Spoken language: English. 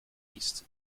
east